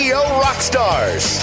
Rockstars